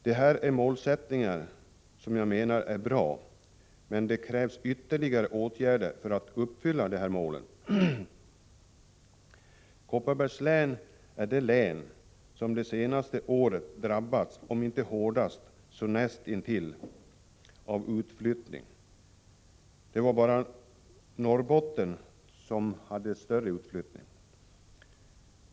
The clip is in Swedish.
Det här är mål som jag menar är bra, men det krävs ytterligare åtgärder för att uppnå dem. Kopparbergs län är det län som det senaste året har drabbats om inte hårdast så näst intill av utflyttning. Det var bara Norrbotten som hade större utflyttning.